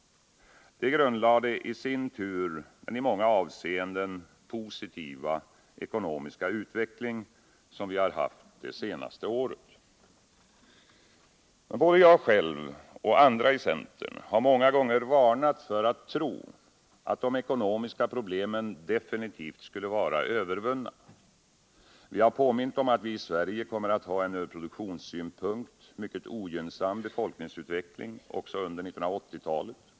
Det grundlade i sin tur den i många avseenden positiva ekonomiska utveckling som vi haft det senaste året. Både jag själv och andra i centern har många gånger varnat för tron att de ekonomiska problemen definitivt skulle vara övervunna. Vi har påmint om att vi i Sverige kommer att ha en från produktionssynpunkt mycket ogynnsam befolkningsutveckling även under 1980-talet.